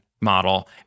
model